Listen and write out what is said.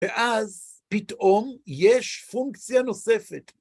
ואז פתאום יש פונקציה נוספת.